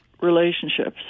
relationships